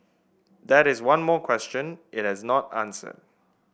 that is one more question it has not answered